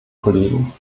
kollegen